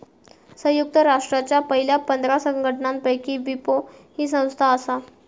संयुक्त राष्ट्रांच्या पयल्या पंधरा संघटनांपैकी विपो ही संस्था आसा